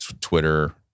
Twitter